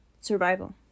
survival